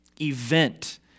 event